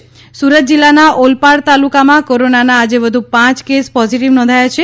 Surat corona Surat જિલ્લાના ઓલપાડ તાલુકામાં કોરોનાના આજે વધુ પાંચ કેસ પોઝીટીવ નોંધાયા છે